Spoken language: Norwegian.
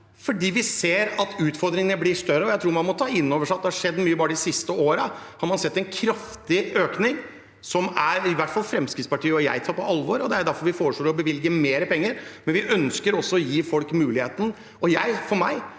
fordi vi ser at utfordringene blir større, og jeg tror man må ta inn over seg at det har skjedd mye. Bare de siste årene har man sett en kraftig økning, som i hvert fall Fremskrittspartiet og jeg tar på alvor, og det er derfor vi foreslår å bevilge mer penger. Men vi ønsker også å gi folk muligheter, og for meg